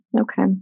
Okay